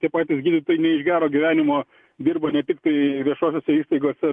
tie patys gydytojai ne iš gero gyvenimo dirba ne tiktai viešosiose įstaigose